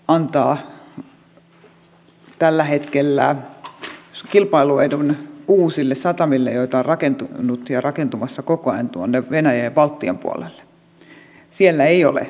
väylämaksu antaa tällä hetkellä kilpailuedun uusille satamille joita on rakentunut ja rakentumassa koko ajan tuonne venäjän ja baltian puolelle siellä ei ole väylämaksua ollenkaan